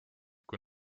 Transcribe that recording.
kui